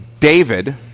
David